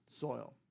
soil